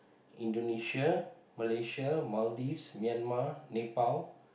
Indonesia Malaysia Maldives Myanmar Nepal